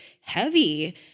heavy